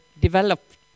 developed